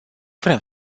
vrem